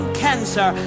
cancer